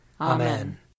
Amen